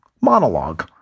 monologue